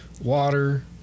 water